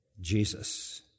Jesus